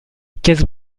caisses